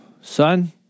Son